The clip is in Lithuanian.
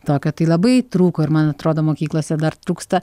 tokio tai labai trūko ir man atrodo mokyklose dar trūksta